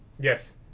yes